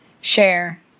share